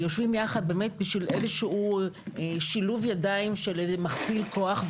בשביל איזה שהוא שילוב ידיים שמכפיל כוח,